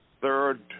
third